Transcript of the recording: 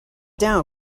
down